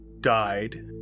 died